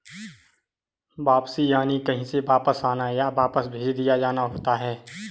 वापसी यानि कहीं से वापस आना, या वापस भेज दिया जाना होता है